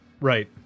right